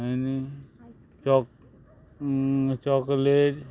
आनी choc chocolate